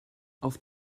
auf